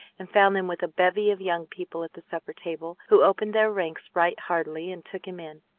and found them with a bevy of young people at the supper-table, who opened their ranks right heartily, and took him in.